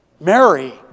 Mary